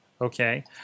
Okay